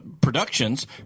productions